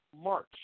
March